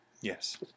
Yes